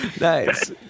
Nice